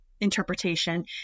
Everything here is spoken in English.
interpretation